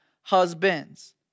husband's